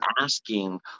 asking